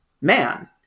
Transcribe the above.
man